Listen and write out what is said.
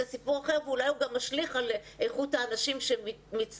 זה סיפור אחר ואולי הוא גם משליך על איכות האנשים שמצטרפים.